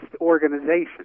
organization